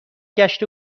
گشت